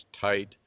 tight